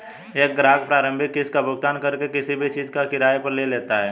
एक ग्राहक प्रारंभिक किस्त का भुगतान करके किसी भी चीज़ को किराये पर लेता है